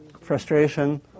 Frustration